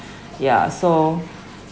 ya so